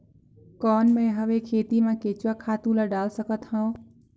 कौन मैं हवे खेती मा केचुआ खातु ला डाल सकत हवो?